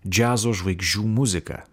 džiazo žvaigždžių muziką